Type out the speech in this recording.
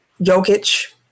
Jokic